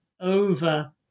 over